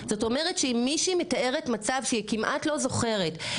זאת אומרת שאם מישהי מתארת מצב שהיא כמעט לא זוכרת,